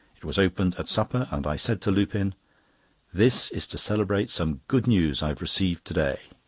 it was opened at supper, and i said to lupin this is to celebrate some good news i have received to-day.